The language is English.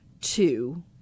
two